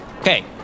Okay